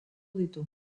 ditu